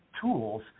tools